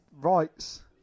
rights